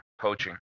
poaching